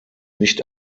nicht